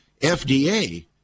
FDA